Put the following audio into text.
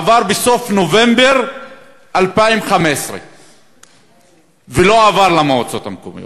עבר בסוף נובמבר 2015 ולא עבר למועצות המקומיות.